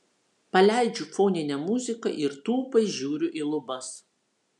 paleidžiu foninę muziką ir tūpai žiūriu į lubas